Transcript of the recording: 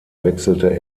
wechselte